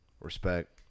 Respect